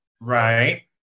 right